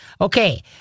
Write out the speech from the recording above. Okay